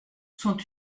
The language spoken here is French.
sont